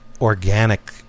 organic